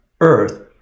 earth